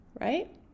right